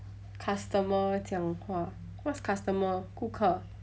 customer 讲话 what's customer 顾客